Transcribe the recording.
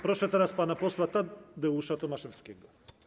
Proszę teraz pana posła Tadeusza Tomaszewskiego.